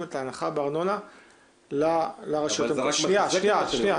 את ההנחה בארנונה לרשויות המקומיות.